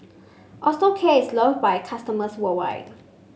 Osteocare is love by customers worldwide